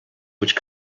which